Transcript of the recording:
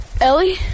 ellie